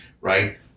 Right